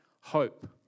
hope